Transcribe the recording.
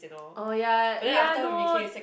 oh ya you are not